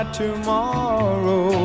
tomorrow